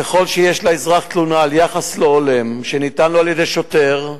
ככל שיש לאזרח תלונה על יחס לא הולם שניתן לו על-ידי שוטר,